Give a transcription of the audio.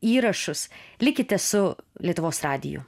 įrašus likite su lietuvos radiju